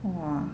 !wah!